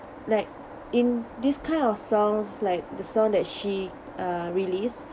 like in this kind of songs like the sound that she uh released